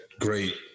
great